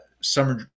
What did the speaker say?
summer